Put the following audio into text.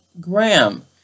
Graham